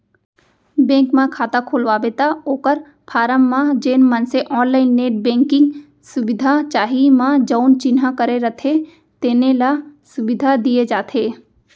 bank म खाता खोलवाबे त ओकर फारम म जेन मनसे ऑनलाईन नेट बेंकिंग सुबिधा चाही म जउन चिन्हा करे रथें तेने ल सुबिधा दिये जाथे